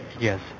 yes